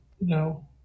no